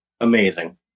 Amazing